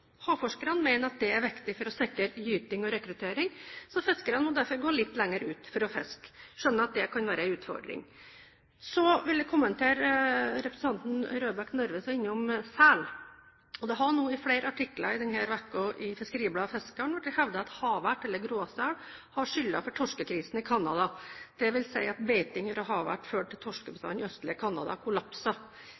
Havforskerne mener at det er viktig for å sikre gyting og rekruttering. Fiskerne må derfor gå litt lenger ut for å fiske. Jeg skjønner at det kan være en utfordring. Så vil jeg kommentere det som representanten Røbekk Nørve var innom når det gjelder sel. Det har i flere artikler denne uken i FiskeribladetFiskaren vært hevdet at havert, eller gråsel, har skylden for torskekrisen i Canada, dvs. at beiting av havert har ført til